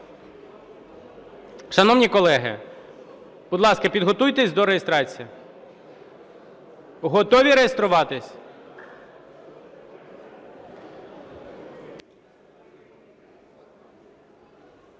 Шановні колеги, будь ласка, підготуйтесь до реєстрації. Готові реєструватись?